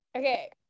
Okay